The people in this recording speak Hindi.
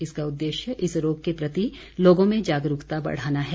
इसका उद्देश्य इस रोग के प्रति लोगों में जागरूकता बढ़ाना है